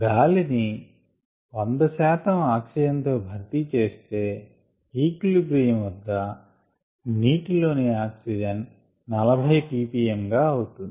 గాలిని 100 శాతం ఆక్సిజన్ తో భర్తీచేస్తే ఈక్విలిబ్రియం వద్ద నీటిలోని ఆక్సిజన్ 40 ppm అవుతుంది